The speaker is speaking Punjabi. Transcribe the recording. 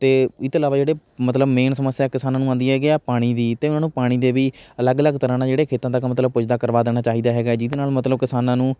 ਅਤੇ ਇਸਤੋਂ ਇਲਾਵਾ ਜਿਹੜੇ ਮਤਲਬ ਮੇਨ ਸਮੱਸਿਆ ਕਿਸਾਨਾਂ ਨੂੰ ਆਉਂਦੀ ਹੈਗੀ ਹੈ ਪਾਣੀ ਦੀ ਅਤੇ ਉਹਨਾਂ ਨੂੰ ਪਾਣੀ ਦੇ ਵੀ ਅਲੱਗ ਅਲੱਗ ਤਰ੍ਹਾਂ ਨਾਲ ਜਿਹੜੇ ਖੇਤਾਂ ਦਾ ਕੰਮ ਮਤਲਬ ਪੁੱਜਦਾ ਕਰਵਾ ਦੇਣਾ ਚਾਹੀਦਾ ਹੈਗਾ ਜਿਹਦੇ ਨਾਲ ਮਤਲਬ ਕਿਸਾਨਾਂ ਨੂੰ